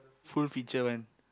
full feature one